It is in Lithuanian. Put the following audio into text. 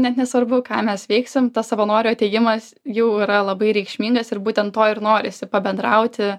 net nesvarbu ką mes veiksim tas savanorių atėjimas jau yra labai reikšmingas ir būtent to ir norisi pabendrauti